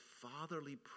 fatherly